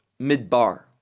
midbar